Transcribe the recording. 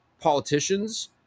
politicians